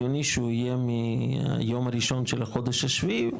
הגיוני שהוא יהיה מהיום הראשון של החודש ה-7,